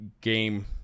game